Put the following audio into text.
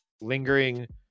lingering